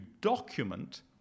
document